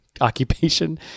occupation